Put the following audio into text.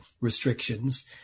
restrictions